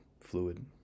fluid